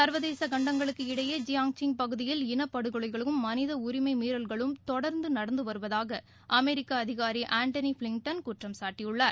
சர்வதேச கண்டளங்களுக்கு இடையே ஜிங்ஜியாங் பகுதியில் இனப்படுக்கொலைகளும் மனித உரிமை மீறல்களும் தொடர்ந்து நடந்து வருவதாக அமெரிக்க அதிகாரி ஆன்டனி பிளிங்டன் குற்றம்சாட்டியுள்ளார்